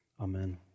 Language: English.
Amen